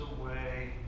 away